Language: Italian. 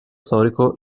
storico